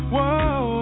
Whoa